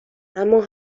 اما